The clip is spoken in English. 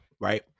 right